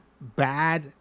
bad